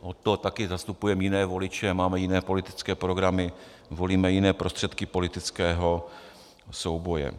Od toho také zastupujeme jiné voliče, máme jiné politické programy, volíme jiné prostředky politického souboje.